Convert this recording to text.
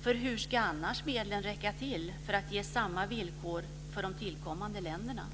För hur ska annars medlen räcka till för att ge samma villkor för de tillkommande länderna?